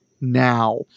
now